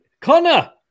Connor